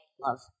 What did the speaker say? love